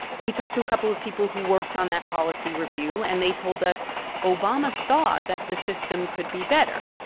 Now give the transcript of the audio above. we talked to a couple of people who worked on that policy review. and they told us obama saw that the system could be better.